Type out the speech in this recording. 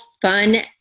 fun